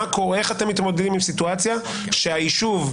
איך אתם מתמודדים עם סיטואציה שהיישוב,